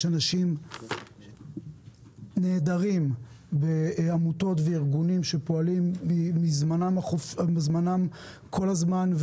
אנשים נהדרים בעמותות וארגונים שפועלים מזמנם כל הזמן,